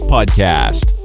Podcast